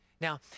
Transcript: Now